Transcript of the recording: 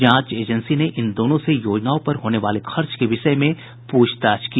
जांच एजेंसी ने इन दोनों से योजनाओं पर होने वाले खर्च के विषय में पूछताछ की